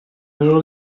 chiuso